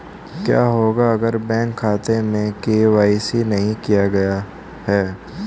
क्या होगा अगर बैंक खाते में के.वाई.सी नहीं किया गया है?